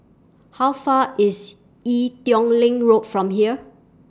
How Far IS Ee Teow Leng Road from here